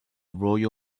royal